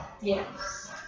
Yes